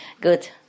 good